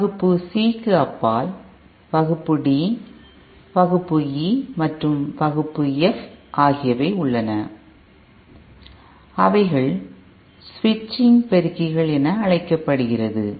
வகுப்பு C க்கு அப்பால் வகுப்பு D வகுப்பு E மற்றும் வகுப்பு F ஆகியவை உள்ளன அவைகள் சுவிட்சிங் பெருக்கிகள் என அழைக்கப்படுகிறது